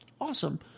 Awesome